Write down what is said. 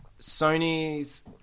Sony's